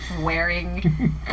wearing